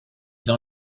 dans